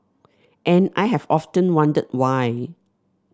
and I have often wondered why